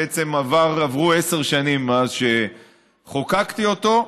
בעצם עברו עשר שנים מאז שחוקקתי אותו.